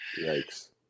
yikes